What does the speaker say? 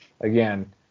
again